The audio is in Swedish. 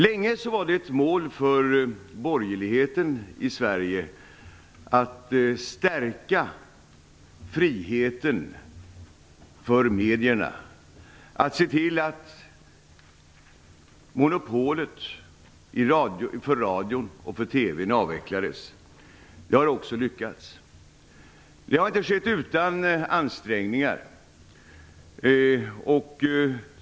Länge var det ett mål för borgerligheten i Sverige att stärka friheten för medierna och att se till att monopolet för radio och för tv avvecklades. Det har också lyckats. Det har inte skett utan ansträngningar.